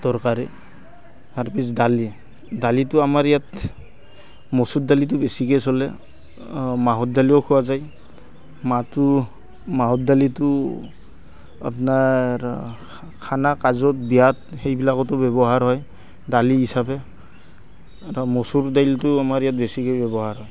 তৰকাৰী তাৰপিছত দালি দালিটো আমাৰ ইয়াত মচুৰ দালিটো বেছিকৈ চলে মাহৰ দালিও খোৱা যায় মাহটো মাহৰ দালিটো আপোনাৰ খানা কাজত বিয়াত সেইবিলাকতো ব্যৱহাৰ হয় দালি হিচাপে আৰু মচুৰ দাইলটো আমাৰ ইয়াত বেছিকৈ ব্যৱহাৰ হয়